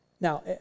Now